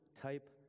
type